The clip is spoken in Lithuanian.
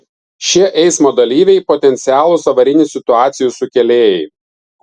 šie eismo dalyviai potencialūs avarinių situacijų sukėlėjai